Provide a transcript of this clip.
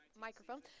Microphone